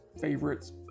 favorites